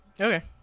Okay